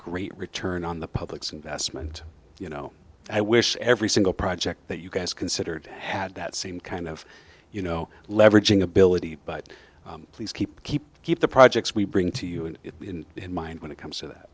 great return on the public's investment you know i wish every single project that you guys considered had that same kind of you know leveraging ability but please keep keep keep the projects we bring to you in mind when it comes to that